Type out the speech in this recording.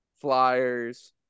Flyers